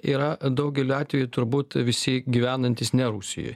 yra daugeliu atveju turbūt visi gyvenantys ne rusijoj